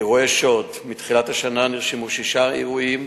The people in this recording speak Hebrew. אירועי שוד: מתחילת השנה נרשמו שישה אירועים,